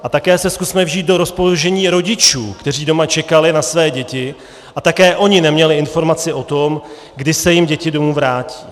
A také se zkusme vžít do rozpoložení rodičů, kteří doma čekali na své děti a také oni neměli informace o tom, kdy se jim děti domů vrátí.